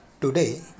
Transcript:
Today